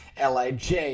LIJ